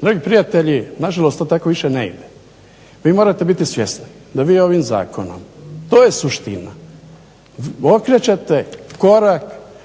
Dragi prijatelji, nažalost to tako više ne ide. Vi morate biti svjesni da ovim zakonom to je suština,